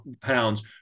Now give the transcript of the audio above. pounds